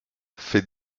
fait